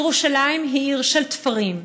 ירושלים היא עיר של תפרים,